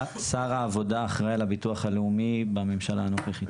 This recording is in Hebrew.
שר העבודה אחראי על הביטוח הלאומי בממשלה הנוכחית.